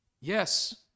Yes